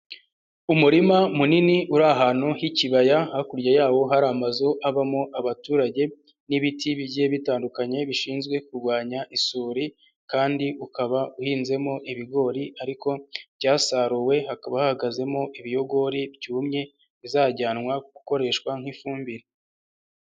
Umurima munini uri ahantu h'ikibaya, hakurya yawo hari amazu abamo abaturage n'ibiti bigiye bitandukanye bishinzwe kurwanya isuri, kandi ukaba uhinzemo ibigori ariko byasaruwe, hakaba hahagazemo ibiyogori byumye bizajyanwa gukoreshwa nk'ifumbire.